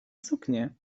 suknie